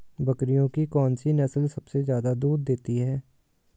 बकरियों की कौन सी नस्ल सबसे ज्यादा दूध देती है?